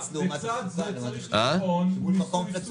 לצד מיסוי המשקאות הממותקים צריך לבחון מיסוי סוכר.